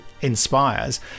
inspires